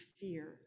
fear